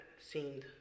seemed